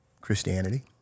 Christianity